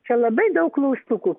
čia labai daug klaustukų